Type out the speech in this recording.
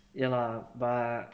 ya lah but